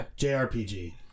JRPG